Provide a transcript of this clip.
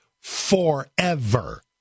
forever